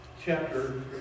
chapter